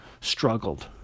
struggled